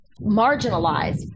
marginalized